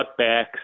cutbacks